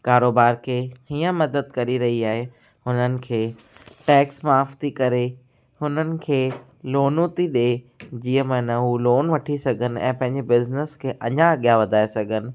कारोबार खे हीअं मदद करे रही आहे हुननि खे टैक्स माफ़ु थी करे हुननि खे लोनूं थी ॾे जीअं माना हू लोन वठी सघनि ऐं पंहिंजे बिज़नेस खे अञा अॻियां वधाए सघनि